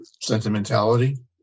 Sentimentality